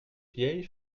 vieilles